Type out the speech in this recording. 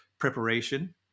Preparation